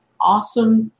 awesome